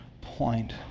point